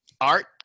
Art